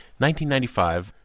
1995